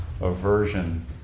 aversion